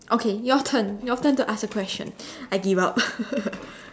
okay your turn your turn to ask the question I give up